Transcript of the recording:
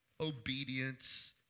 obedience